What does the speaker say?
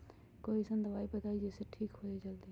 कोई अईसन दवाई बताई जे से ठीक हो जई जल्दी?